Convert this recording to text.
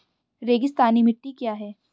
रेगिस्तानी मिट्टी क्या है?